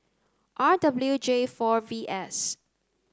R W J four V S